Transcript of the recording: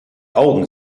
augen